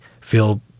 feel